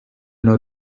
know